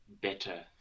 better